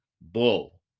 bull